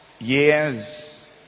years